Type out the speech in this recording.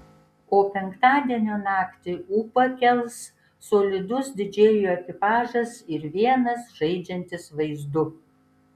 o penktadienio naktį ūpą kels solidus didžėjų ekipažas ir vienas žaidžiantis vaizdu